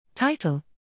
Title